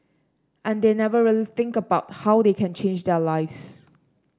and they never really think about how they can change their lives